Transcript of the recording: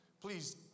please